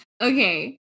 Okay